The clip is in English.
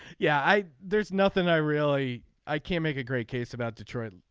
yeah i. there's nothing i really i can't make a great case about detroit.